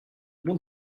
bon